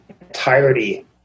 entirety